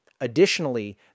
Additionally